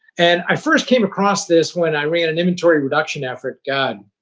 and i first came across this when i ran an inventory reduction effort. god,